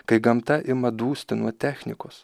kai gamta ima dusti nuo technikos